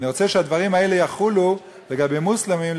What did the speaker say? אני רוצה שהדברים האלה יחולו לגבי מוסלמים,